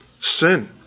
sin